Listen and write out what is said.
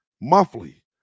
monthly